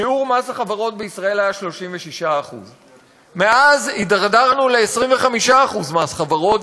שיעור מס החברות בישראל היה 36%. מאז הידרדרנו ל-25% מס חברות,